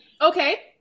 Okay